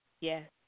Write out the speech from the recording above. Yes